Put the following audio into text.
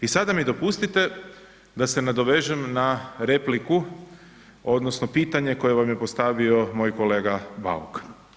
I sada mi dopustite da se nadovežem na repliku odnosno pitanje koje vam je postavio moj kolega Bauk.